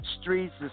Streets